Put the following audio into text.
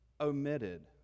omitted